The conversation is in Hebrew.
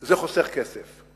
זה חוסך כסף,